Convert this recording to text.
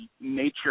nature